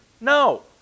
No